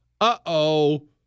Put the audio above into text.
Uh-oh